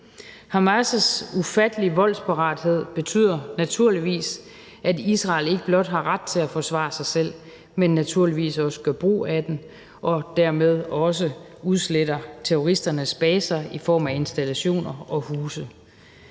Hamas' ufattelige voldsparathed betyder naturligvis, at Israel ikke blot har ret til at forsvare sig selv, men naturligvis også gør brug af denne ret og dermed også udsletter terroristernes baser i form af installationer og huse.